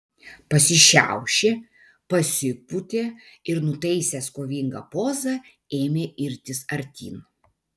pasišiaušė pasipūtė ir nutaisęs kovingą pozą ėmė irtis artyn